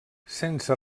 sense